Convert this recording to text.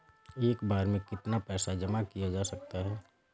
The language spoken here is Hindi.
एक बार में कितना पैसा जमा किया जा सकता है?